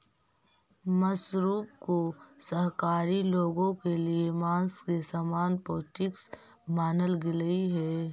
mushroom को शाकाहारी लोगों के लिए मांस के समान पौष्टिक मानल गेलई हे